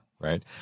right